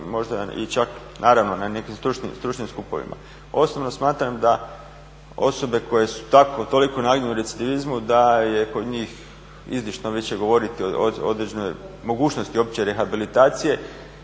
raspravu, naravno na nekim stručnim skupovima. Osobno smatram da osobe koje su toliko … recidivizmu da je kod njih izlišno više govoriti o određenoj mogućnosti uopće rehabilitacije